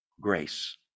Grace